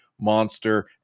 monster